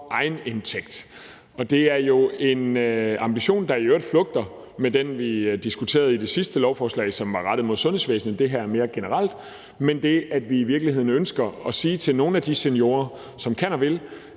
egenindtægt. Det er jo en ambition, der i øvrigt flugter med den, vi diskuterede under det sidste lovforslag, og som var rettet mod sundhedsvæsenet. Det her er mere generelt, men det, vi i virkeligheden ønsker at sige til nogle af de seniorer, som kan og vil,